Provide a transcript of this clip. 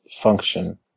function